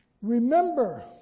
Remember